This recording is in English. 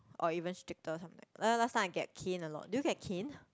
or even stricter last time I get caned a lot do you get caned